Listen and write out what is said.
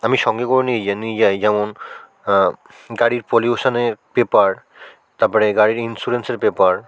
আমি সঙ্গে করে নিয়ে যাই নিয়ে যাই যেমন গাড়ির পলিউশানের পেপার তাপরে গাড়ির ইন্সুরেন্সের পেপার